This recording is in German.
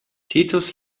titus